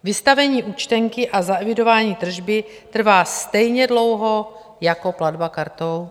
Vystavení účtenky a zaevidování tržby trvá stejně dlouho jako platba kartou.